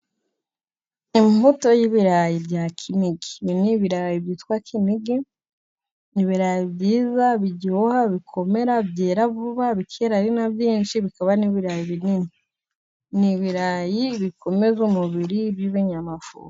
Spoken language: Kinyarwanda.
Imbuto y'ibirayi bya kinigi, ibi ni ibirayi byitwa kinigi, n'ibirayi byiza biryoha, bikomera, byera vuba bikera ari na byinshi, bikaba n'ibirayi binini.N' ibirayi bikomeza umubiri biba amafufu.